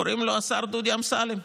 קוראים לו השר דודי אמסלם.